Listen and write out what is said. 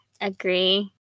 Agree